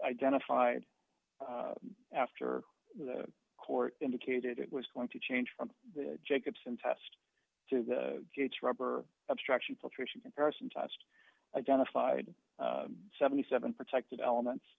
identified after the court indicated it was going to change from the jacobson test to the gates rubber obstruction patrician comparison test identified seventy seven protected elements